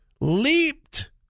leaped